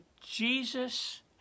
Jesus